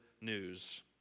news